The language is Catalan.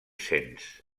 cents